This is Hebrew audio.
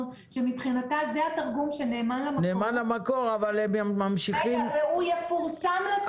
שמבחינתה זה התרגום שנאמן למקור והוא יפורסם לציבור,